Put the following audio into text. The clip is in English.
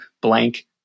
blank